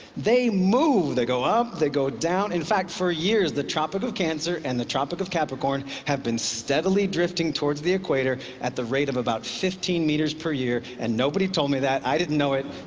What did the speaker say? they move they go up, they go down. in fact, for years, the tropic of cancer and the tropic of capricorn have been steadily drifting towards the equator at the rate of about fifteen meters per year, and nobody told me that. i didn't know it.